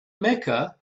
mecca